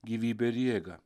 gyvybę ir jėgą